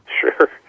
Sure